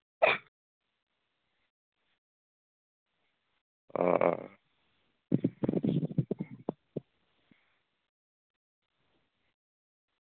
ᱚ